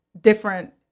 different